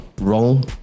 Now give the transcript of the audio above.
wrong